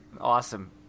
Awesome